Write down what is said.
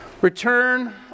Return